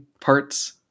parts